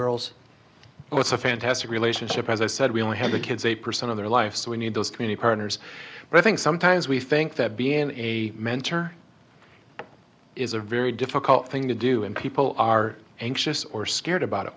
girls oh it's a fantastic relationship as i said we only have the kids eight percent of their life so we need those community enters but i think sometimes we think that being a mentor is a very difficult thing to do and people are anxious or scared about it